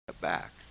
back